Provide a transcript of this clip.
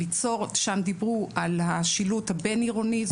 שם דיברו על השילוט הבין עירוני,